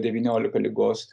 devyniolika ligos